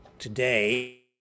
Today